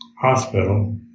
hospital